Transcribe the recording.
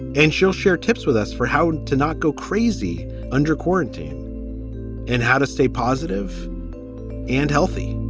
and she'll share tips with us for how to not go crazy under quarantine and how to stay positive and healthy